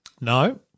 No